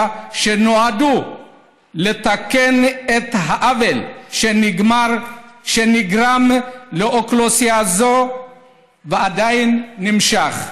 שנועדו לתקן את העוול שנגרם לאוכלוסייה זו ועדיין נמשך.